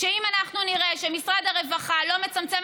שאם אנחנו נראה שמשרד הרווחה לא מצמצם